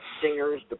singers